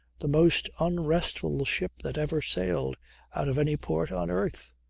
the most unrestful ship that ever sailed out of any port on earth.